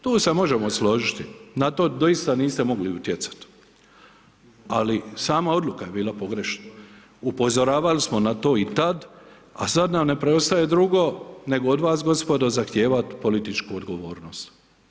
Tu se možemo složiti, na to doista niste mogli utjecati, ali sama odluka je bila pogrešna, upozoravali smo na to i tad, a sad nam ne preostaje drugo, nego od vas gospodo zahtijevat političku odgovornost.